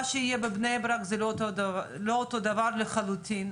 שיהיה בבני ברק זה לא אותו דבר לחלוטין,